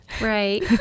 Right